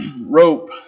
rope